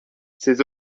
ses